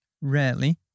rarely